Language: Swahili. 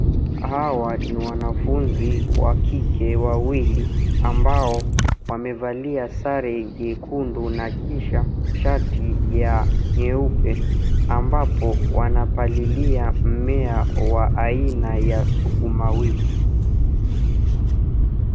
Hawa ni wanafunzi wa kike wawili ambao wamevalia sare nyekundu na kisha shati ya nyeupe ambapo wanapalilia mmea wa aina ya sukumawiki.